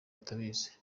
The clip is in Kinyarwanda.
batabizi